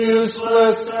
useless